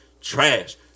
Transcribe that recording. trash